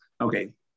Okay